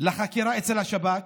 לחקירה של השב"כ?